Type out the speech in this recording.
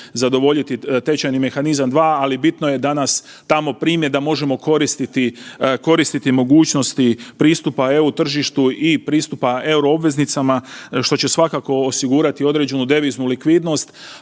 zadovoljiti tečajni mehanizam II, ali bitno je da nas tamo prime da možemo koristiti mogućnosti pristupa EU tržištu i pristupa euro obveznicama što će svakako osigurati određenu deviznu likvidnost.